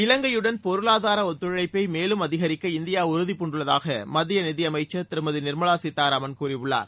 இவங்கையுடன் பொருளாதார ஒத்துழைப்பை மேலும் அதிகரிக்க இந்தியா உறுதி பூண்டுள்ளதாக மத்திய நிதி அமைச்சர் திருமதி நிர்மலா சீதாராமன் கூறியுள்ளார்